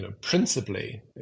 principally